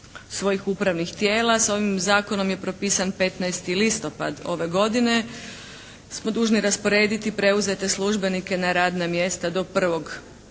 svojih upravnih tijela, sa ovim zakonom je propisan 15. listopad ove godine, smo dužni rasporediti preuzete službenike na radna mjesta do 1.